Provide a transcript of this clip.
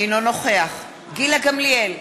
אינו נוכח גילה גמליאל,